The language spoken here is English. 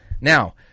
Now